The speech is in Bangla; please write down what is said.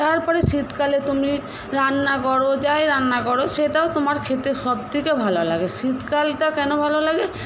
তারপরে শীতকালে তুমি রান্না করো যাই রান্না করো সেটাও তোমার খেতে সবথেকে ভালো লাগে শীতকালটা কেন ভালো লাগে